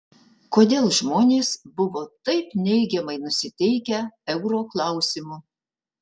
kodėl žmonės buvo taip neigiamai nusiteikę euro klausimu